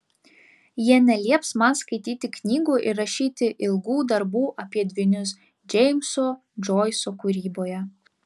jie nelieps man skaityti knygų ir rašyti ilgų darbų apie dvynius džeimso džoiso kūryboje